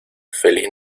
feliz